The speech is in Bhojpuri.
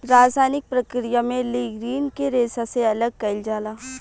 रासायनिक प्रक्रिया में लीग्रीन के रेशा से अलग कईल जाला